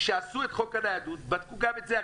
כשעשו את חוק הניידות בדקו גם את זה.